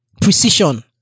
precision